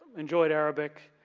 enjoyed arabic,